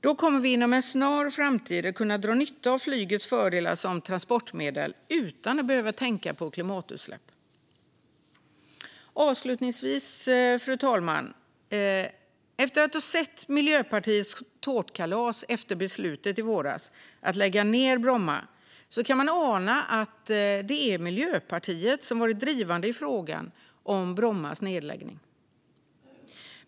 Då kommer vi inom en snar framtid att kunna dra nytta av flygets fördelar som transportmedel utan att behöva tänka på klimatutsläpp. Avslutningsvis, fru talman! Efter att ha sett Miljöpartiets tårtkalas efter beslutet i våras om att lägga ned Bromma kan man ana att det är Miljöpartiet som har varit drivande i frågan om Brommas nedläggning.